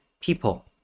people